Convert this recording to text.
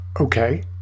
okay